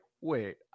wait